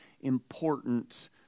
important